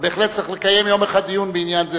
בהחלט צריך לקיים יום אחד דיון בעניין זה,